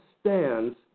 stands